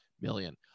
million